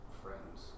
friends